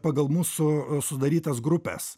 pagal mūsų sudarytas grupes